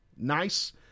nice